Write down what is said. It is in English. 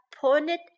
pointed